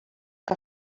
que